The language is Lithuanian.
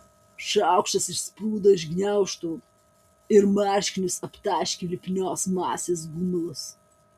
šaukštas išsprūdo iš gniaužtų ir marškinius aptaškė lipnios masės gumulas